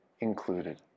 included